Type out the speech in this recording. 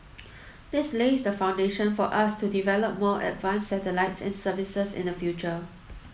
this lays the foundation for us to develop more advanced satellites and services in the future